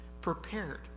prepared